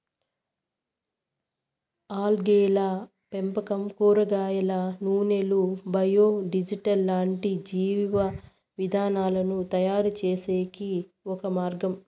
ఆల్గేల పెంపకం కూరగాయల నూనెలు, బయో డీజిల్ లాంటి జీవ ఇంధనాలను తయారుచేసేకి ఒక మార్గం